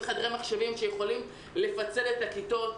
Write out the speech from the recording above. חדרי מחשבים שיאפשרו לפצל את הכיתות.